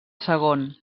segon